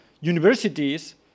universities